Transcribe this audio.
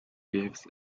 gives